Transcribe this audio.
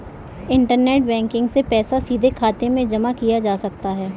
internet banking से पैसा सीधे खाते में जमा किया जा सकता है